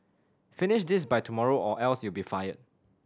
finish this by tomorrow or else you'll be fired